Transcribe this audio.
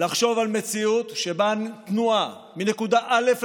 לחשוב על מציאות שבה תנועה מנקודה א'